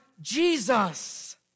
Jesus